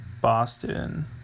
Boston